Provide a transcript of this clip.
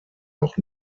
noch